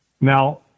Now